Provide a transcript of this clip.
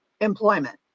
employment